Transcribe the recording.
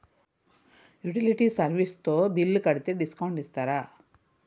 Utility service తో bill కడితే discount ఇస్తరా?